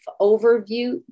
overview